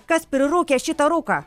kas prirūkė šitą rūką